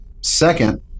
Second